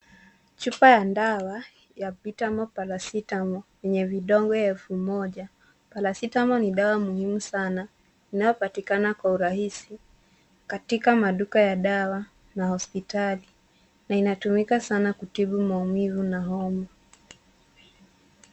Chupa ya dawa ya betamol paracetamol yenye vidonge elfu moja. Paracetamol ni dawa muhimu sana inayopatikana kwa urahisi katika maduka ya dawa na hospitali na inatumika sana kutibu maumivu na homa.